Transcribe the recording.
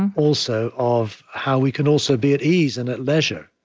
and also, of how we can also be at ease and at leisure,